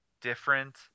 different